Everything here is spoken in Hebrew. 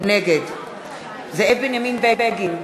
נגד זאב בנימין בגין,